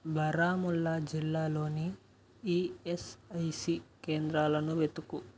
బారాముల్లా జిల్లాలోని ఈఎస్ఐసి కేంద్రాలను వెతుకు